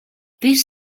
this